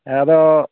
ᱟᱫᱚ